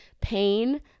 pain